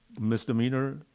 misdemeanor